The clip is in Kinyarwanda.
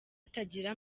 atagira